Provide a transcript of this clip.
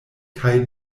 kaj